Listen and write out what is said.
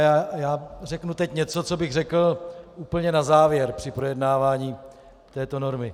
A teď řeknu něco, co bych řekl úplně na závěr při projednávání této normy.